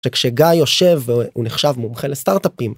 שכשגיא יושב הוא נחשב מומחה לסטארט-אפים.